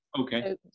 okay